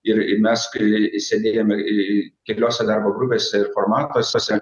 ir ir mes kai senėjome į į keliose darbo grupėse ir formatuosiose